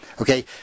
okay